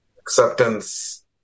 acceptance